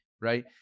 right